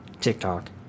TikTok